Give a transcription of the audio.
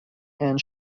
and